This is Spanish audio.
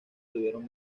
tuvieron